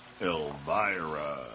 Elvira